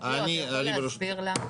אתה יכול להסביר למה?